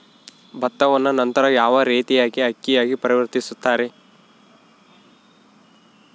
ಭತ್ತವನ್ನ ನಂತರ ಯಾವ ರೇತಿಯಾಗಿ ಅಕ್ಕಿಯಾಗಿ ಪರಿವರ್ತಿಸುತ್ತಾರೆ?